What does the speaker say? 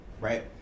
right